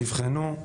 נבחנו,